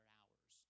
hours